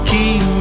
Keep